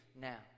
now